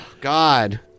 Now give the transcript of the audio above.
God